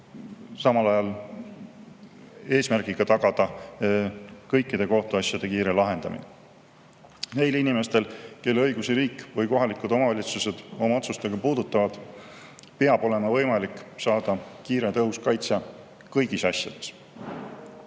samal ajal on eesmärk tagada kõikide kohtuasjade kiire lahendamine. Neil inimestel, kelle õigusi riik või kohalikud omavalitsused oma otsustega puudutavad, peab olema võimalik saada kiire ja tõhus kaitse kõigis asjades.